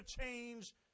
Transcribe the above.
change